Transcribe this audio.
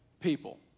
people